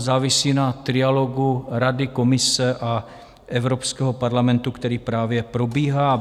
Závisí to na trialogu Rady, Komise a Evropského parlamentu, který právě probíhá.